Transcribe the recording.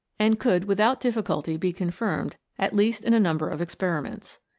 and could without difficulty be confirmed at least in a number of experiments.